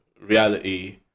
reality